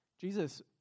Jesus